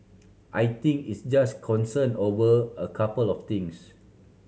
I think it's just concern over a couple of things